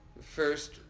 First